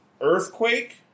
earthquake